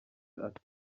ati